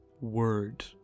word